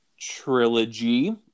trilogy